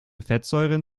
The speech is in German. fettsäuren